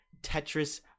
Tetris